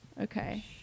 Okay